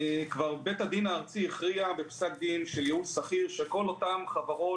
כבר בית הדין הארצי הכריע בפסק דין של יעול שכיר שכל אותן חברות